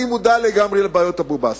אני מודע לגמרי לבעיות אבו-בסמה,